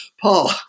Paul